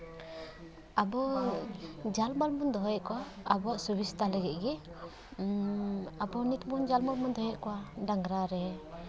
ᱟᱵᱚ ᱡᱟᱞᱢᱟᱨ ᱵᱚᱱ ᱫᱚᱦᱚᱭᱮᱜ ᱠᱚᱣᱟ ᱟᱵᱚᱣᱟᱜ ᱥᱩᱵᱤᱥᱛᱟ ᱞᱟᱹᱜᱤᱫ ᱜᱮ ᱟᱵᱚ ᱱᱤᱛ ᱵᱚ ᱡᱟᱞᱢᱟᱨ ᱵᱚᱱ ᱫᱚᱦᱚᱭᱮᱜ ᱠᱚᱣᱟ ᱰᱟᱝᱨᱟ ᱨᱮ